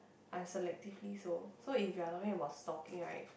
I'm selectively so so if you're talking about stocking right